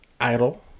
idle